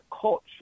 culture